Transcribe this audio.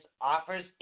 offers